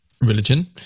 religion